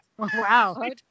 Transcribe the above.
Wow